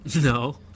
No